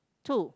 two